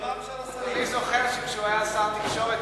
אני זוכר כשהוא היה שר התקשורת,